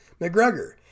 McGregor